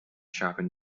shopping